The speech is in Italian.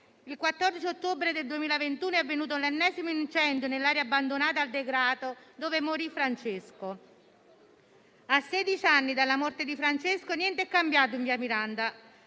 il 14 ottobre 2021 è avvenuto l'ennesimo incendio nell'area, abbandonata al degrado, dove morì Francesco. A sedici anni dalla morte di Francesco niente è cambiato in viale Miranda